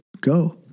go